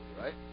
right